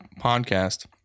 podcast